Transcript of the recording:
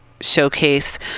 showcase